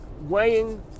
weighing